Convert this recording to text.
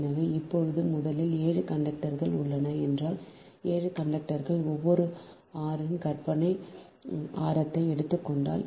எனவே இப்போது முதலில் 7 கண்டக்டர்கள் உள்ளன என்றால் 7 கண்டக்டர்கள் ஒவ்வொரு r இன் கற்பனை ஆரத்தை எடுத்துக் கொண்டால்